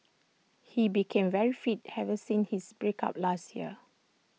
he became very fit ever since his break up last year